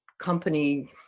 company